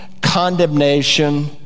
condemnation